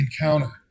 encounter